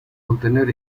obtener